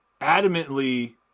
adamantly